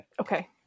Okay